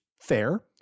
fair